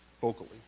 vocally